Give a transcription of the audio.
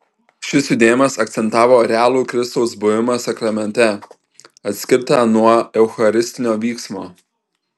šis judėjimas akcentavo realų kristaus buvimą sakramente atskirtą nuo eucharistinio vyksmo